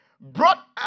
brought